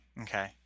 Okay